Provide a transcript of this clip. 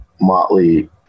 motley